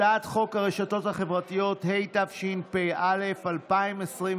הצעת חוק הרשתות החברתיות, התשפ"א 2021,